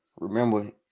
Remember